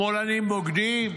שמאלנים בוגדים.